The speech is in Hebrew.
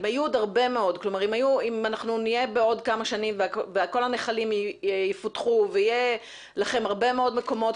אם בעוד כמה שנים כל הנחלים יפותחו ויהיו לכולם הרבה מאוד מקומות,